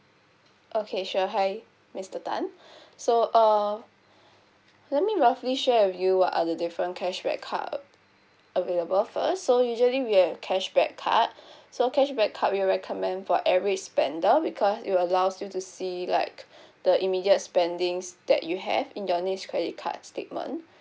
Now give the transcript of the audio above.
okay sure hi mister tan so uh let me roughly share with you what are the different cashback card available first so usually we have cashback card so cashback card we'll recommend for every spender because it allows you to see like the immediate spending's that you have in your next credit card statement